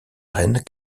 reine